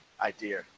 idea